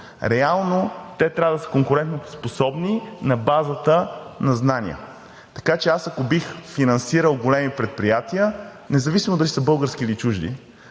Реално те трябва да са конкурентоспособни на базата на знания. Така че аз, ако бих финансирал големи предприятия, независимо дали са български или чужди,